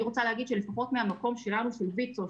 אני רוצה לומר שלפחות מהמקום שלנו כ-ויצ"ו,